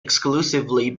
exclusively